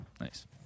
Nice